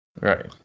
Right